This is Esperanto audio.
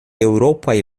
eŭropaj